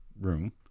room